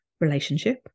relationship